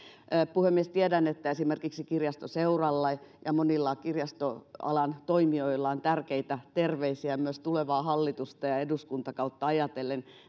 puhemies tiedän että esimerkiksi kirjastoseuralla ja monilla kirjastoalan toimijoilla on tärkeitä terveisiä näiden asioiden edistämisestä myös tulevaa hallitusta ja eduskuntakautta ajatellen